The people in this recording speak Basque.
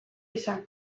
izan